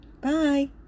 Bye